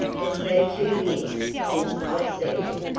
it's been two years since i've seen you.